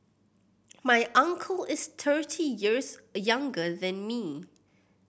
my uncle is thirty years younger than me